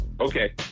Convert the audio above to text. Okay